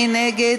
מי נגד?